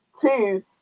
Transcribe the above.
two